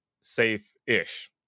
safe-ish